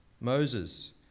Moses